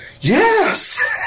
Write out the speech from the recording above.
Yes